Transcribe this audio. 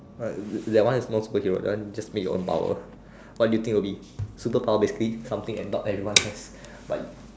that one is more superhero that one just meet your own power what do you think will be superpower basically something am not everyone has but